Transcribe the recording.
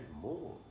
more